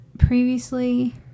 Previously